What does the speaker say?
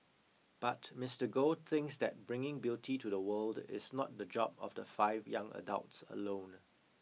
but Mister Goh thinks that bringing beauty to the world is not the job of the five young adults alone